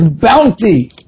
bounty